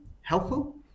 helpful